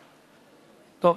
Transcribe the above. טוב,